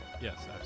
Yes